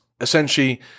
essentially